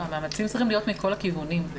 לא, המאמצים צריכים להיות מכל הכיוונים.